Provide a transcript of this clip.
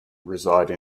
reside